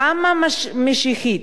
"כת משיחית,